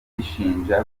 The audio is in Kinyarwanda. ishinja